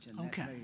Okay